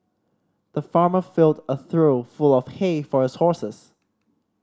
the farmer filled a trough full of hay for his horses